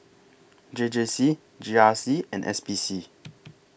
J J C G R C and S P C